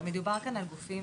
מדובר כאן על גופים,